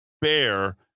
bear